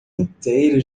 inteiro